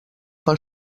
pel